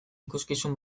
ikuskizun